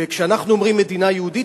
וכשאנחנו אומרים "מדינה יהודית",